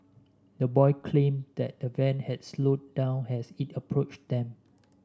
the boy claim that the van had slowed down as it approached them